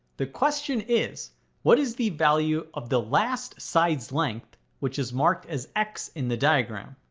the question is what is the value of the last side's length which is marked as x in the diagram?